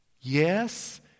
yes